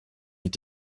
mit